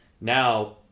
now